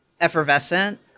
effervescent